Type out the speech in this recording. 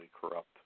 corrupt